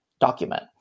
document